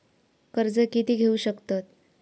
कर्ज कीती घेऊ शकतत?